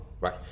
right